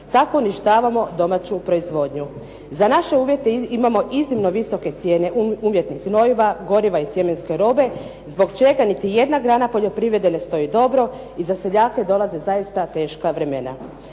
Tako uništavamo domaću proizvodnju. Za naše uvjete imamo iznimno visoke cijene umjetnih gnojiva, goriva i silinske robe zbog čega niti jedna grana poljoprivrede ne stoji dobro i za seljake dolaze zaista teška vremena.